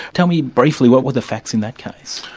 tell me briefly, what were the facts in that case?